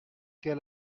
quel